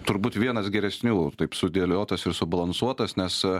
turbūt vienas geresnių taip sudėliotas ir subalansuotas nes